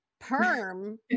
perm